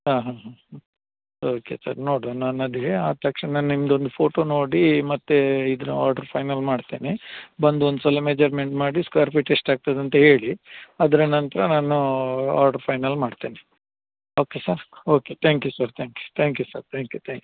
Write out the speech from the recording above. ಹಾಂ ಹಾಂ ಹಾಂ ಹಾಂ ಓಕೆ ಸರ್ ನೋಡುವ ನಾನು ಅದೇ ಆದ ತಕ್ಷಣ ನಿಮ್ದೊಂದು ಫೋಟೋ ನೋಡಿ ಮತ್ತು ಇದ್ರ ಆರ್ಡ್ರ್ ಫೈನಲ್ ಮಾಡ್ತೇನೆ ಬಂದು ಒಂದ್ಸಲ ಮೆಜರ್ಮೆಂಟ್ ಮಾಡಿ ಸ್ಕ್ವೇರ್ ಫೀಟ್ ಎಷ್ಟು ಆಗ್ತದೆ ಅಂತ ಹೇಳಿ ಅದರ ನಂತರ ನಾನೂ ಆರ್ಡ್ರ್ ಫೈನಲ್ ಮಾಡ್ತೇನೆ okay sir okay thank you sir thank you thank you sir thank you thank you